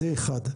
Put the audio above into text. זה אחת.